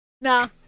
Nah